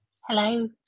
hello